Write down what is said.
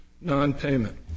nonpayment